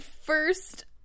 first